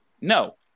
no